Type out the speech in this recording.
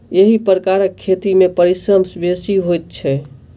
एहि प्रकारक खेती मे परिश्रम बेसी होइत छै